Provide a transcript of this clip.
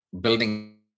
building